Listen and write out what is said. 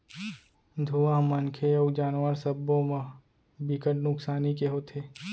धुंआ ह मनखे अउ जानवर सब्बो म बिकट नुकसानी के होथे